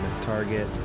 target